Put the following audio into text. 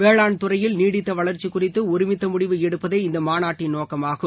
வேளாண் துறையில் நீடித்த வளர்ச்சி குறித்து ஒருமித்த முடிவு எடுப்பதே இந்த மாநாட்டின் நோக்கமாகும்